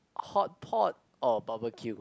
hotpot or barbecue